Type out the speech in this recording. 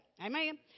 Amen